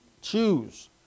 choose